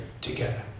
together